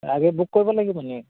আগেয়ে বুক কৰিব লাগিবনি